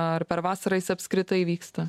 ar per vasarą jis apskritai vyksta